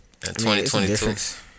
2022